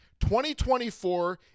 2024